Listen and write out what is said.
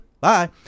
bye